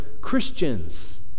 Christians